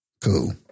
Cool